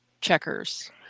checkers